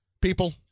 People